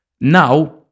Now